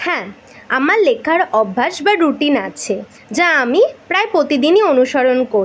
হ্যাঁ আমার লেখার অভ্যাস বা রুটিন আছে যা আমি প্রায় প্রতিদিনই অনুসরণ করি